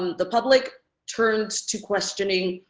the public turns to questioning,